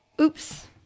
Oops